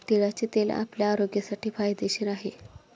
तिळाचे तेल आपल्या आरोग्यासाठी फायदेशीर आहे